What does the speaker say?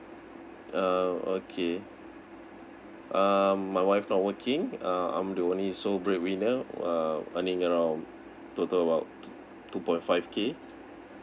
uh okay um my wife not working uh I'm the only sole breadwinner uh running around total about two point five K